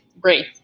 Great